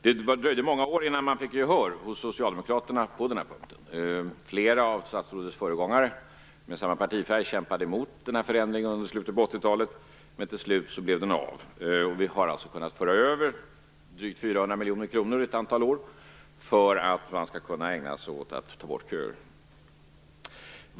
Det dröjde många år tills man fick gehör från Socialdemokraterna på denna punkt. Flera av statsrådets föregångare med samma partifärg kämpade emot denna förändring i slutet på 80-talet. Men till slut blev den av. Man har alltså kunnat föra över drygt 400 miljoner kronor under ett antal år för att få bort köerna.